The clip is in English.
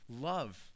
love